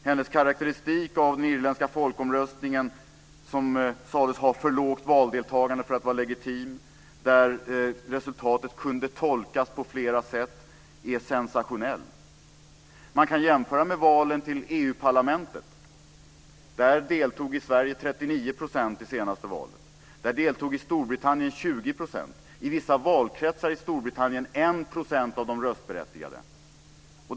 Hennes karakteristik av den irländska folkomröstningen som sades ha för lågt valdeltagande för att vara legitim, där resultatet kunde tolkas på flera sätt är sensationell. Man kan jämföra med valen till EU-parlamentet. I Sverige deltog 39 % vid senaste valet, Storbritannien 20 %, i vissa valkretsar i Storbritannien 1 % av de röstberättigade.